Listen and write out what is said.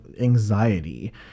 anxiety